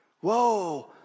whoa